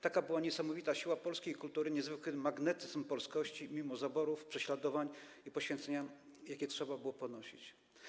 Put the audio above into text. Taka była niesamowita siła polskiej kultury, niezwykły magnetyzm polskości mimo zaborów, prześladowań i poświęcenia, ofiar, jakie trzeba było ponieść.